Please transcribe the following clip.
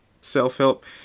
self-help